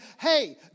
hey